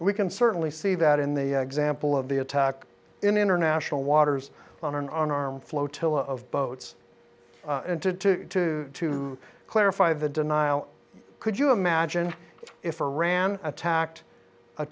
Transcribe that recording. we can certainly see that in the example of the attack in international waters on an arm flotilla of boats and to to to clarify the denial could you imagine if iran attacked a